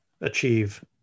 achieve